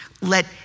Let